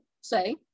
say